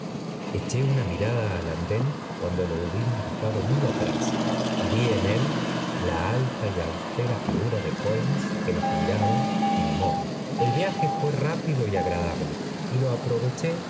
eché una mirada al andón cuando lo hubimos dejado muy atrás y vi en él la alta y austera figura de holmes que nos miraba inmóvil el viaje fué rápido y agradable y lo aproveché